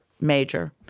major